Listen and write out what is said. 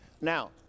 Now